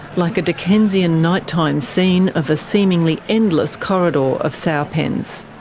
like a dickensian night-time scene of a seemingly endless corridor of sow pens.